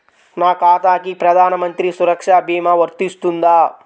నా ఖాతాకి ప్రధాన మంత్రి సురక్ష భీమా వర్తిస్తుందా?